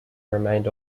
remained